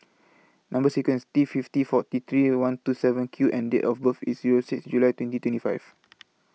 Number sequence T fifty forty three one two seven Q and Date of birth IS Zero six July twenty twenty five